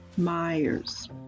Myers